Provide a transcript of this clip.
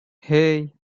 hey